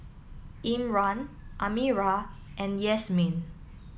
Imran Amirah and Yasmin